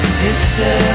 sister